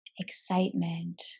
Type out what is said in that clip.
Excitement